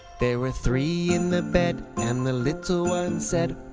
there were three in the bed and the little one said,